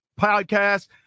Podcast